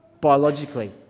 biologically